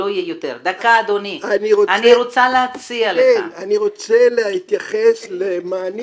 אני רוצה --- אני רוצה להציע לך --- אני רוצה להתייחס למענים